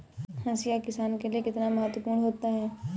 हाशिया किसान के लिए कितना महत्वपूर्ण होता है?